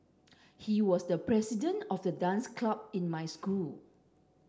he was the president of the dance club in my school